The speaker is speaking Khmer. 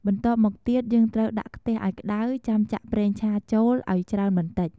បន្ទាប់មកទៀត យើងត្រូវដាក់ខ្ទះឱ្យក្តៅ ចាំចាក់ប្រេងឆាចូលឱ្យច្រើនបន្តិច។